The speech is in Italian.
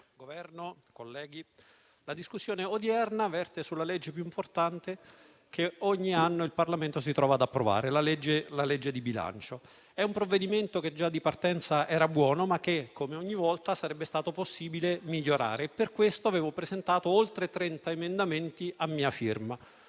Governo, colleghi, la discussione odierna verte sulla legge più importante che ogni anno il Parlamento si trova ad approvare, la legge di bilancio. Il provvedimento già in partenza era buono, ma che, come ogni volta, sarebbe stato possibile migliorare e per questo avevo presentato oltre 30 emendamenti a mia firma.